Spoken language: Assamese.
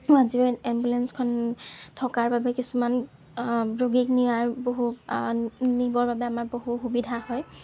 ওৱান জিৰ' এইট এম্বুলেঞ্চখন থকাৰ বাবে কিছুমান ৰোগীক নিয়াৰ বহু নিবৰ বাবে আমাৰ বহু সুবিধা হয়